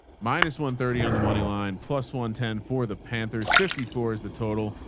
minus one thirty on the money line. plus one ten for the panthers. fifty four is the total.